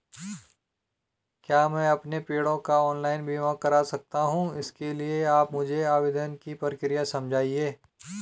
क्या मैं अपने पेड़ों का ऑनलाइन बीमा करा सकता हूँ इसके लिए आप मुझे आवेदन की प्रक्रिया समझाइए?